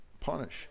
punish